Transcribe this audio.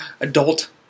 adult